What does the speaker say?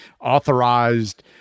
authorized